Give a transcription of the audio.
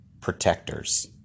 protectors